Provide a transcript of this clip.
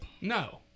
No